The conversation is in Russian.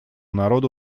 народу